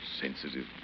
sensitive